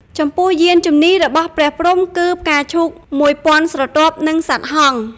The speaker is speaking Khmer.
ចំពោះយានជំនះរបស់ព្រះព្រហ្ម គឺ៖ ផ្កាឈូក១,០០០ស្រទាប់ និងសត្វហង្ស ។